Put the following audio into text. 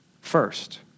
first